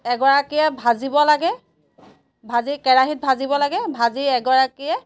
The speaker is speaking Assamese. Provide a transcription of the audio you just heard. এগৰাকীয়ে ভাজিব লাগে ভাজি কেৰাহীত ভাজিব লাগে ভাজি এগৰাকীয়ে